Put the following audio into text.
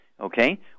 Okay